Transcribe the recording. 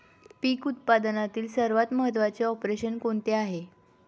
पीक उत्पादनातील सर्वात महत्त्वाचे ऑपरेशन कोणते आहे?